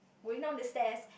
going down the stairs